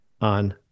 on